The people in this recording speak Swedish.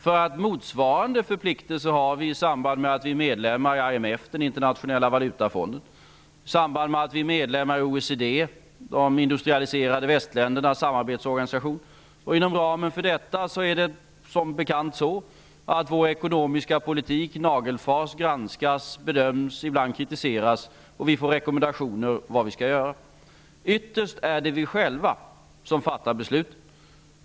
Vi har ju motsvarande förpliktelser i samband med att vi är medlemmar i IMF, den internationella valutafonden, och i OECD, de industrialiserade västländernas samarbetsorganisation. Inom ramen för detta är det som bekant så att vår ekonomiska politik nagelfars, granskas, bedöms och, ibland, kritiseras. Vi får rekommendationer om vad vi skall göra. Ytterst är det vi själva som fattar besluten.